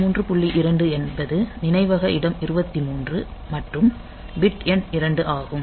2 என்பது நினைவக இடம் 23 மற்றும் பிட் எண் 2 ஆகும்